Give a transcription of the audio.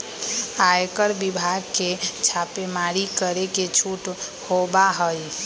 आयकर विभाग के छापेमारी करे के छूट होबा हई